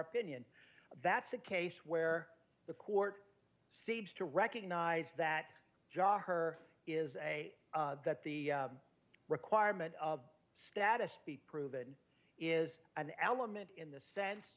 opinion that's a case where the court seems to recognize that john her is a that the requirement of status be proven is an element in the sense